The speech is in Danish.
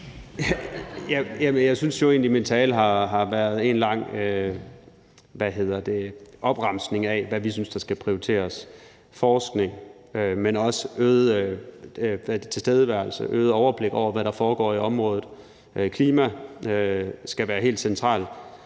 egentlig, at min tale har været en lang opremsning af, hvad vi synes der skal prioriteres: forskning, men også øget tilstedeværelse og bedre overblik over, hvad der foregår i området, klimaet skal være helt centralt,